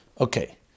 Okay